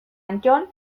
anton